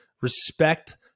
respect